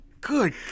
Good